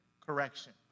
correction